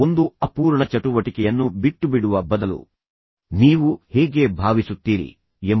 ಒಂದು ಅಪೂರ್ಣ ಚಟುವಟಿಕೆಯನ್ನು ಬಿಟ್ಟುಬಿಡುವ ಬದಲು ನೀವು ಹೇಗೆ ಭಾವಿಸುತ್ತೀರಿ ಎಂಬುದನ್ನು ನೋಡಿ